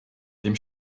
dem